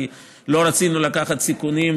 כי לא רצינו לקחת סיכונים,